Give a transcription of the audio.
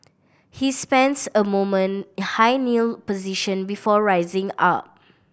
he spends a moment in high kneel position before rising up